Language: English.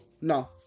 no